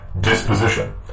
disposition